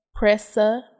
Pressa